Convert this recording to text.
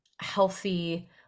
healthy